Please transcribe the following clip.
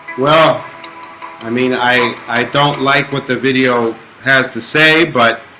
well i mean i i don't like what the video has to say but